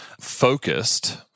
focused